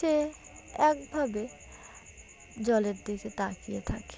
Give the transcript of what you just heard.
সে একভাবে জলের দিকে তাকিয়ে থাকে